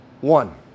One